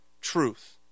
truth